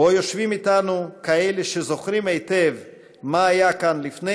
שבו יושבים אתנו כאלה שזוכרים היטב מה היה כאן לפני